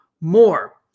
more